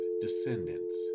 descendants